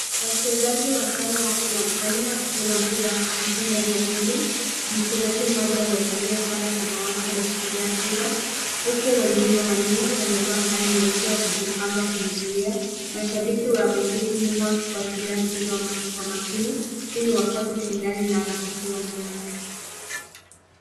Wachezaji watano wapo uwanjani wakicheza mpira wa kikapu ndani ya ukumbi. Mchezaji mmoja amevalia sare ya samawati ameshika mpira huku wengine wamevaa sare nyeupe wakijipanga kuzuia. Mashabiki wameketi nyuma wakifuatilia mchezo kwa makini. Huu ni wakati wa shindani na harakati uwanjani.